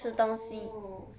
oh